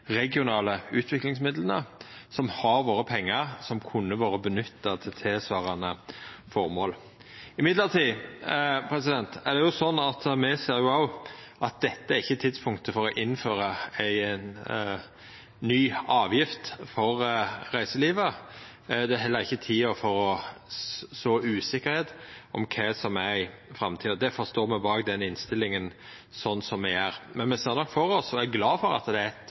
regionale utviklingsmidlane, som har vore pengar som kunne vorte brukte til tilsvarande føremål. Det er likevel sånn at me òg ser at dette ikkje er tidspunktet for å innføra ei ny avgift for reiselivet. Det er heller ikkje tida for å så usikkerheit om kva som er i framtida. Difor står me bak innstillinga sånn me gjer. Men me ser nok for oss – og er glad for at det er